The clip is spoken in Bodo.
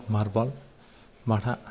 मारबल माथा